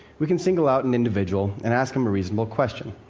we can single out an individual and ask him a reasonable question.